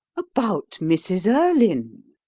about mrs. erlynne.